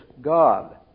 God